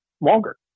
longer